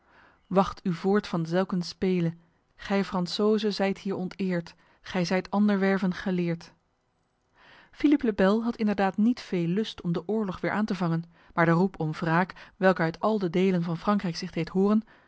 wacht u vort van selken spele ghi fransoyse syt heir onteert ghi syt anderwerven geleert philippe le bel had inderdaad niet veel lust om de oorlog weer aan te vangen maar de roep om wraak welke uit al de delen van frankrijk zich deed horen